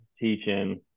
teaching